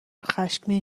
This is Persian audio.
خشمگین